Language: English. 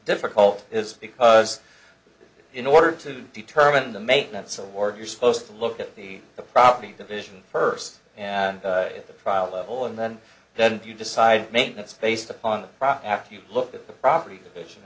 difficult is because in order to determine the maintenance award you're supposed to look at the the property division first at the trial level and then then you decide maintenance based upon the profit after you look at the property division